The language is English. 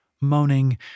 Moaning